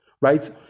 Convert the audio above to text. right